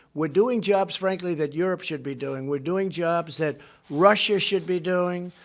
we're doing jobs, frankly, that europe should be doing. we're doing jobs that russia should be doing,